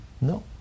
no